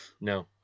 No